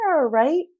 right